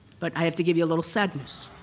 but i have to give you a little sad news.